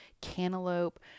cantaloupe